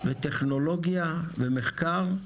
טכנולוגיה ומחקר,